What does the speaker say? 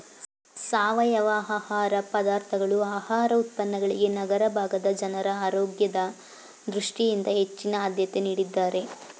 ಸಾವಯವ ಆಹಾರ ಪದಾರ್ಥಗಳು ಆಹಾರ ಉತ್ಪನ್ನಗಳಿಗೆ ನಗರ ಭಾಗದ ಜನ ಆರೋಗ್ಯದ ದೃಷ್ಟಿಯಿಂದ ಹೆಚ್ಚಿನ ಆದ್ಯತೆ ನೀಡಿದ್ದಾರೆ